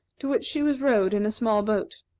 to which she was rowed in a small boat.